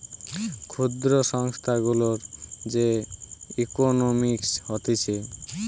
ক্ষুদ্র সংস্থা গুলার যে ইকোনোমিক্স হতিছে